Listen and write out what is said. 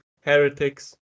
Heretics